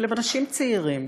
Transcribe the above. אבל הם אנשים צעירים,